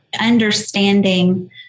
understanding